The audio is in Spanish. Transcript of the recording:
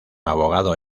abogado